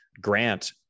grant